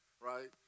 right